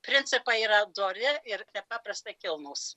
principai yra dori ir nepaprastai kilnūs